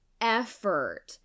effort